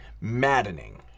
maddening